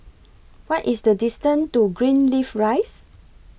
What IS The distance to Greenleaf Rise